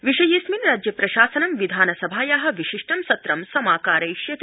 विषयेऽस्मिन् राज्यप्रशासनं विधानसभाया विशिष्टं सत्रम् समाकारयिष्यति